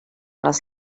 les